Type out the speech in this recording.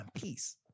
peace